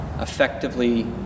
effectively